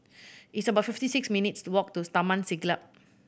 it's about fifty six minutes' to walk to Taman Siglap